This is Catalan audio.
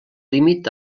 límit